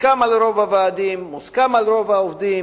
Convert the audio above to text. מוסכם על רוב הוועדים, מוסכם על רוב העובדים,